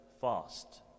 fast